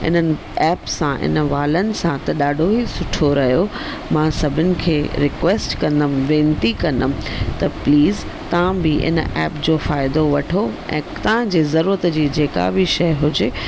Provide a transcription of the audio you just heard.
इन्हनि ऐप सां हिन वालनि सां त ॾाढो ई सुठो रहियो मां सभिनि खे रिक्वैस्ट कंदमि वेनती कंदमि त प्लीस तव्हां बि हिन ऐप जो फ़ाइदो वठो ऐं तव्हांजी ज़रूरत जी जेका बि शइ हुजे